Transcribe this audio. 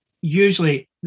usually